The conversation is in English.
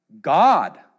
God